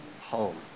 home